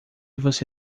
você